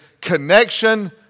Connection